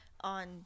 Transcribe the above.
on